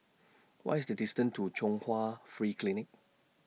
What IS The distance to Chung Hwa Free Clinic